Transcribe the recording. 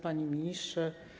Panie Ministrze!